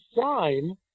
sign